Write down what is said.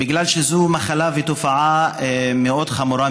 בגלל שזו מחלה ותופעה מאוד חמורה,